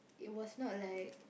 it was not like